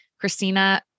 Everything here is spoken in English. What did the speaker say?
Christina